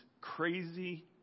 crazy